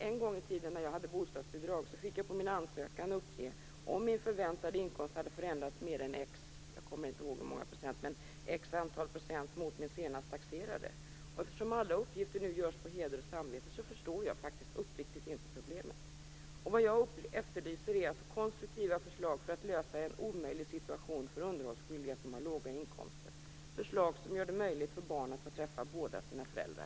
En gång i tiden när jag hade bostadsbidrag fick jag på min ansökan uppge om min förväntade inkomst hade förändrats mer än visst antal procent - jag kommer inte ihåg hur många procent det gällde - mot min senast taxerade. Och eftersom alla uppgifter nu ges på heder och samvete förstår jag faktiskt uppriktigt sagt inte problemet. Vad jag efterlyser är alltså konstruktiva förslag för att lösa en omöjlig situation för underhållsskyldiga som har låga inkomster, förslag som gör det möjligt för barn att få träffa båda sina föräldrar.